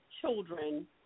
children